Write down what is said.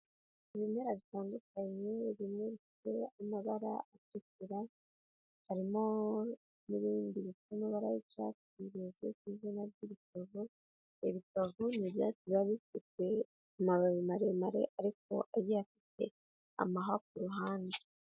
Ibimera bitandukanye bimwe bifite amabara atukura, harimo n'ibindi bifite amabara y'icyatsi bizwi ku izina ry'ibitovu, ibitovu ni ibyatsi biba bifite amababi maremare ariko agiye afite amahwa ku ruhande.